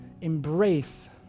embrace